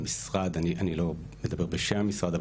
שבמשרד ואני לא מדבר בשם משרד הבריאות,